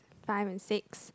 five and six